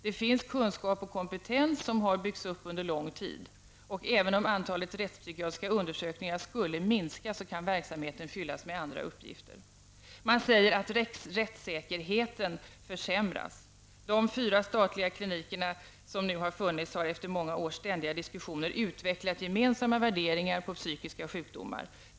Det finns kunskap och kompetens som har byggts upp under lång tid. Även om antalet rättspsykiatriska undersökningar skulle minska kan verksamheten fyllas med andra uppgifter. Man säger för det sjätte att rättssäkerheten försämras. De fyra statliga klinikerna har efter många års ständiga diskussioner utvecklat gemensamma värderingar rörande psykiska sjukdomar.